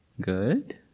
good